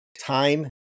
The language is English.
Time